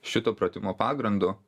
šito pratimo pagrindu